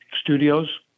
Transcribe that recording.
studios